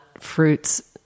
fruits